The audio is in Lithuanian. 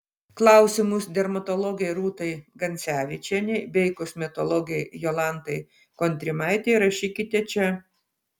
klausimus dermatologei rūtai gancevičienei bei kosmetologei jolantai kontrimaitei rašykite čia